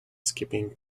skipping